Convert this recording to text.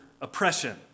oppression